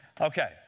Okay